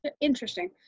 interesting